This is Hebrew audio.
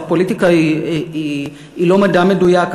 פוליטיקה היא לא מדע מדויק,